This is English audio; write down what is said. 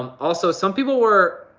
also, some people were.